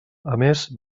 més